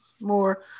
more